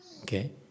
Okay